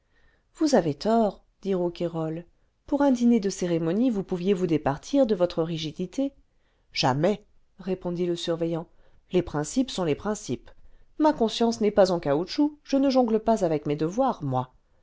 vous avez tort dit rouquayrol pour un dîner cle cérémonie vous pouviez vous départir de votre rigidité jamais répondit le surveillant les principes sont les principes ma conscience n'est pas en caoutchouc je ne jongle pas avec mes devoirs moi